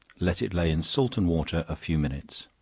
let it lay in salt and water a few minutes